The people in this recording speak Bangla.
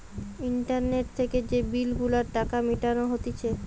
ইন্টারনেট থেকে যে বিল গুলার টাকা মিটানো হতিছে